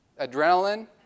Adrenaline